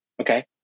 okay